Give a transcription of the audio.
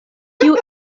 kiu